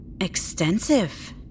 extensive